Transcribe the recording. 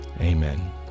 Amen